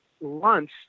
lunch